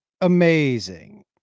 amazing